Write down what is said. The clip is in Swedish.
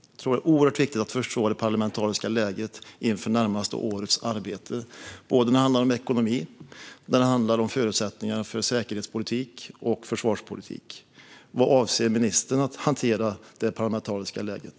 Jag tror att det är oerhört viktigt att förstå det parlamentariska läget inför det närmaste årets arbete när det handlar om både ekonomi och förutsättningarna för säkerhetspolitik och försvarspolitik. Hur avser ministern att hantera det parlamentariska läget?